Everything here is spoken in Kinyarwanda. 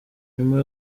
nyuma